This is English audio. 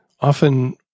often